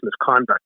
misconduct